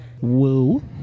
Woo